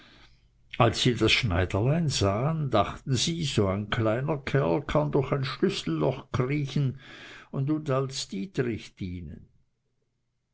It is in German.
als sie das schneiderlein sahen dachten sie so ein kleiner kerl kann durch ein schlüsselloch kriechen und uns als dietrich dienen